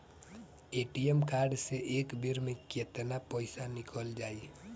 ATM card से एक बेर मे केतना पईसा निकल जाई?